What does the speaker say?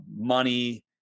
money